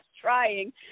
trying